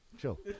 Chill